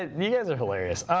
you guys are hilarious.